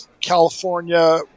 california